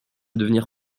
devenir